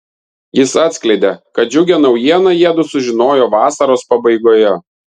jis atskleidė kad džiugią naujieną jiedu sužinojo vasaros pabaigoje